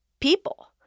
people